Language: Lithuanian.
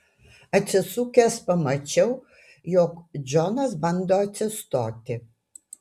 atsisukęs pamačiau jog džonas bando atsistoti